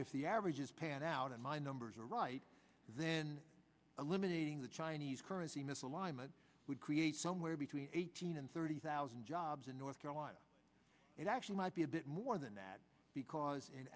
if the average is pat out of my numbers are right then eliminating the chinese currency misalignment would create somewhere between eighteen and thirty thousand jobs in north carolina it actually might be a bit more than that because in